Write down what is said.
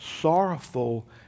sorrowful